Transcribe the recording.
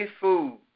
food